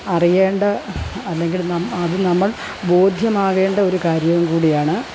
അറിയേണ്ട അല്ലെങ്കിൽ അത് നമ്മൾ ബോധ്യമാകേണ്ട ഒരു കാര്യം കൂടിയാണ്